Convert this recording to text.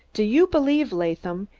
do you believe, laadham,